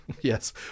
Yes